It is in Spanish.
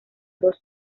dos